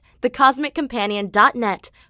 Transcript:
thecosmiccompanion.net